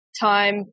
time